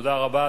תודה רבה.